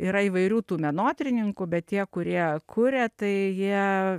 yra įvairių tų menotyrininkų bet tie kurie kuria tai jie